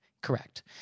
Correct